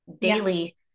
daily